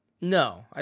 No